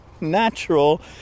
natural